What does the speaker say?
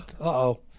Uh-oh